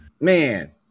Man